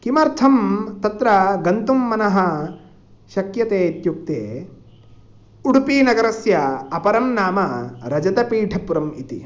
किमर्थं तत्र गन्तुं मनः शक्यते इत्युक्ते उडुपिनगरस्य अपरं नाम रजतपीठपुरम् इति